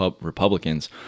Republicans